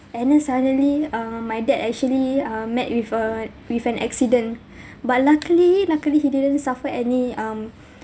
and then suddenly um my dad actually um met with a with an accident but luckily luckily he didn't suffer any um